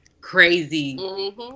crazy